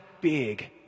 big